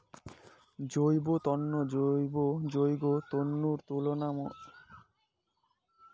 জৈব তন্তু যৌগ তন্তুর তুলনায় অনেক কম টেঁকসই হয়